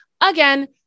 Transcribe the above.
again